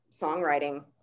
songwriting